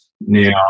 now